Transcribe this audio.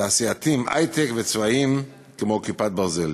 תעשייתיים, היי-טק, וצבאיים, כמו "כיפת ברזל".